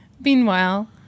Meanwhile